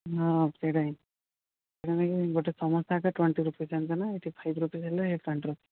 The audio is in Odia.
ହଁ ସେଇଟା ହିଁ ଜାଣିଛ କି ନାଇଁ ଗୋଟେ ସମୋସା ସେଇଠି ଟ୍ୱେଣ୍ଟି ରୁପିଜ୍ ଜାଣିଛ ନା ଏଇଠି ଫାଇଭ୍ ରୁପିଜ୍ ହେଲେ ସେଇଠି ଟ୍ୱେଣ୍ଟି ରୁପି